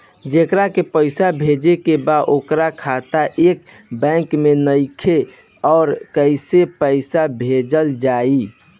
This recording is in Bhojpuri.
जेकरा के पैसा भेजे के बा ओकर खाता ए बैंक मे नईखे और कैसे पैसा भेजल जायी?